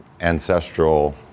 ancestral